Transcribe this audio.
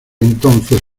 entonces